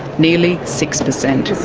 nearly six percent.